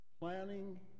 Planning